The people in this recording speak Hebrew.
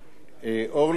אורלי.